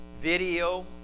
video